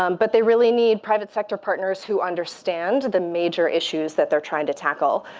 um but they really need private sector partners who understand the major issues that they're trying to tackle.